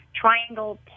triangle